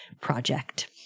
project